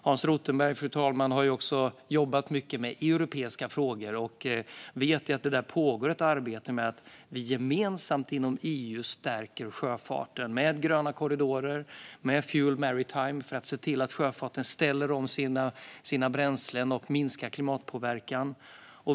Hans Rothenberg har ju jobbat mycket med europeiska frågor, fru talman, och vet att det pågår ett arbete med att gemensamt inom EU stärka sjöfarten med gröna korridorer och med Fuel EU Maritime för att se till att sjöfarten ställer om sina bränslen och minskar klimatpåverkan.